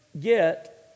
get